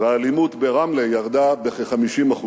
והאלימות ברמלה ירדו בכ-50%.